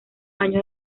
años